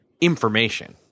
information